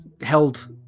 held